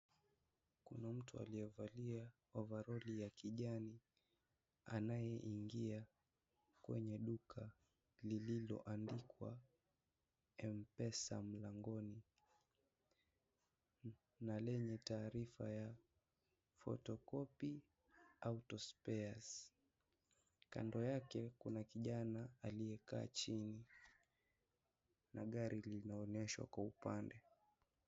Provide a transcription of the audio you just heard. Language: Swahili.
Kuna mtu aliyevalia ovaroli ya kijani anayeingia kwenye duka lililoandikwa MPESA mlangoni na lenye taarifa ya photocopy autospares. Kando yake kuna kijanaa aliyekaa chini na gari linaonyeshwa Kwa upande.